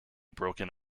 broken